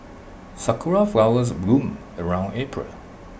Sakura Flowers bloom around April